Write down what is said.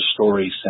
story